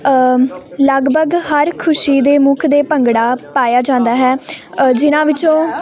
ਲਗਭਗ ਹਰ ਖੁਸ਼ੀ ਦੇ ਮੁੱਖ ਦੇ ਭੰਗੜਾ ਪਾਇਆ ਜਾਂਦਾ ਹੈ ਜਿਹਨਾਂ ਵਿੱਚੋਂ